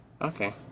Okay